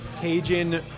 Cajun